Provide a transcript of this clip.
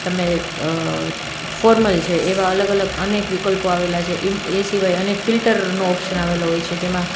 તમે ફોર્મલ છે એવા અલગ અલગ અનેક વિકલ્પો આવેલા છે અને એ સિવાય અનેક ફિલ્ટરનો ઓપ્શન આવેલો હોય છે જેમાં